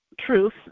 truth